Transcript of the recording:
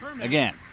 Again